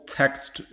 text